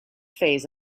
phase